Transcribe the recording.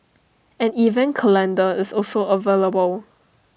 an event calendar is also available